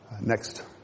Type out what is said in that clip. Next